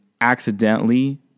accidentally